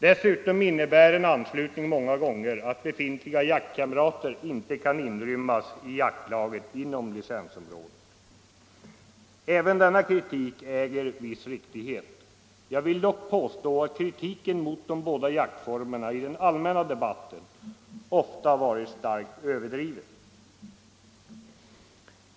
Dessutom innebär en anslutning många gånger att befintliga jaktkamrater inte kan inrymmas i jaktlaget inom licensområdet. Även denna kritik äger viss riktighet. Jag vill dock påstå att kritiken mot de båda jaktformerna i den allmänna debatten ofta varit starkt överdriven.